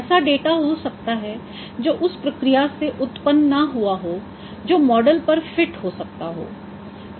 कुछ ऐसा डेटा हो सकता हैं जो उस प्रक्रिया से उत्पन्न न हुआ हो जो मॉडल पर फिट हो सकता हो